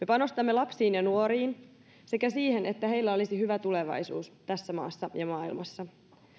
panostamme lapsiin ja nuoriin sekä siihen että heillä olisi hyvä tulevaisuus tässä maassa ja maailmassa